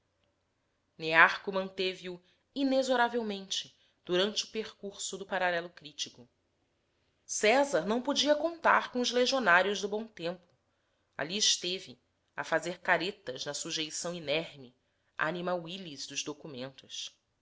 e venceu nearco manteve-o inexoravelmente durante o percurso do paralelo critico césar não podia contar com os legionários do bom tempo ali esteve a fazer caretas na sujeição inerme anima vilis dos documentos